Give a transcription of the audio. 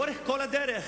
לאורך כל הדרך,